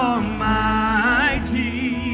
Almighty